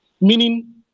Meaning